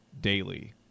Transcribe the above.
Daily